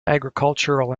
agricultural